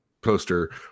poster